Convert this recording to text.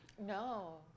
No